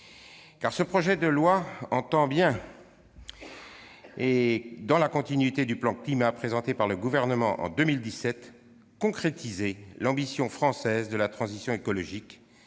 Car ce projet de loi entend bien, dans la continuité du plan climat présenté par le Gouvernement en 2017, concrétiser l'ambition française de la transition écologique,